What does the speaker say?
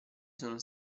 sono